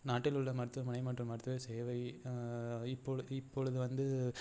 நாட்டில் உள்ள மருத்துவமனை மற்றும் மருத்துவ சேவை இப்பொழுது இப்பொழுது வந்து